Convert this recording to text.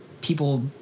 people